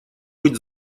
быть